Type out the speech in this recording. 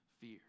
fear